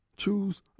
choose